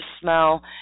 smell